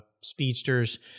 speedsters